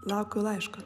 laukiu laiško